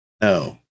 no